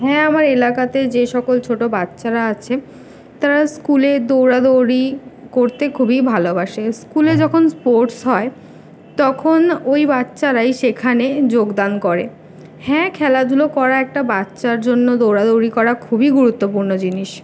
হ্যাঁ আমার এলাকাতেই যে সকল ছোটো বাচ্চারা আছে তারা স্কুলে দৌড়াদৌড়ি করতে খুবই ভালোবাসে স্কুলে যখন স্পোর্টস হয় তখন ওই বাচ্চারাই সেখানে যোগদান করে হ্যাঁ খেলাধুলো করা একটা বাচ্চার জন্য দৌড়াদৌড়ি করা খুবই গুরুত্বপূর্ণ জিনিস